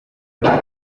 dutunze